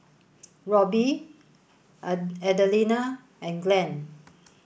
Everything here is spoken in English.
Roby Adelina and Glenn